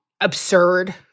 absurd